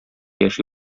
яши